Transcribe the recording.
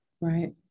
Right